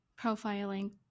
profiling